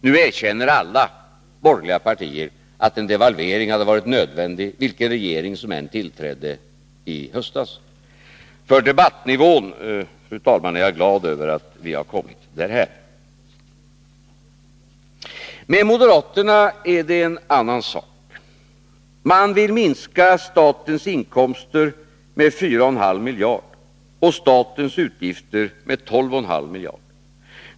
Nu erkänner alla borgerliga partier att en devalvering hade varit nödvändig, vilken regering som än hade tillträtt i höstas. För debattnivån, fru talman, är jag glad över att vi har kommit därhän. Med moderaterna är det en annan sak. De vill minska statens inkomster med 4,5 miljarder och statens utgifter med 12,5 miljarder.